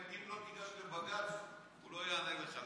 אם לא תיגש לבג"ץ הוא לא יענה לך.